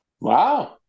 Wow